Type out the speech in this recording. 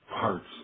parts